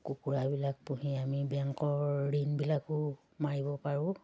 কুকুৰাবিলাক পুহি আমি বেংকৰ ঋণবিলাকো মাৰিব পাৰোঁ